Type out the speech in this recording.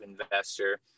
investor